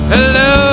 Hello